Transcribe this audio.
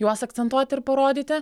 juos akcentuoti ir parodyti